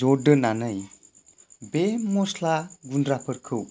ज' दोननानै बे मस्ला गुन्द्राफोरखौ